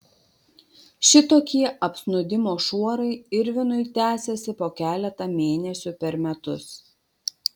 šitokie apsnūdimo šuorai irvinui tęsiasi po keletą mėnesių per metus